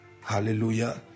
Hallelujah